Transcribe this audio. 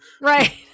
Right